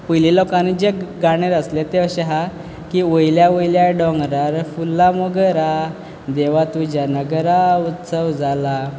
पयलीं लोकांलें जें गाणें आसलें तें अशें आसा की वयल्या वयल्या डोंगरार फुलला मोगरा देवा तुज्या नगरा उत्सव जाला